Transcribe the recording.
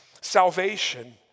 salvation